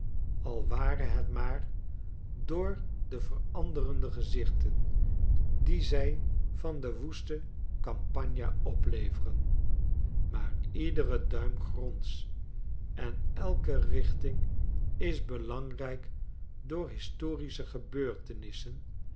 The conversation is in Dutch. al ware het maar door de veranderende gezichten die zij van de woeste campagna opleveren maar iedere duim gronds en elke richting is belangrijk door historische gebeurtenissen